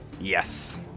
Yes